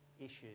issues